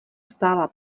stála